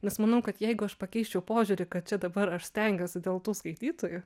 nes manau kad jeigu aš pakeisčiau požiūrį kad čia dabar aš stengiuosi dėl tų skaitytojų